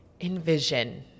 envision